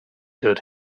dirt